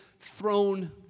throne